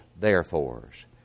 therefores